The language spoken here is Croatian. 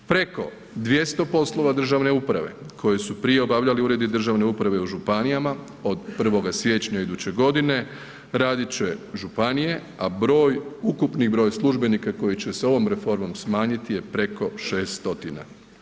Preko 200 poslova državne uprave koje su prije obavljali uredi državne uprave u županijama od 1. siječnja iduće godine radit će županije, a broj, ukupni broj službenika koji će se s ovom reformom smanjiti je preko 6 stotina.